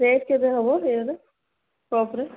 rate କେତେ ହେବ ଏହାର କପ୍ର